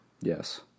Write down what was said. Yes